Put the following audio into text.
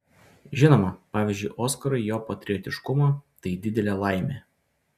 žinoma pavydžiu oskarui jo patriotiškumo tai didelė laimė